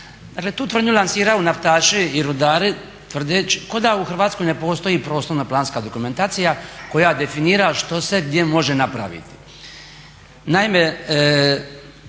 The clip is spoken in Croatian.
tu tvrdnju lansiraju naftaši i rudari tvrdeći kao da u Hrvatskoj ne postoji prostorno-planska dokumentacija koja definira što se gdje može napraviti.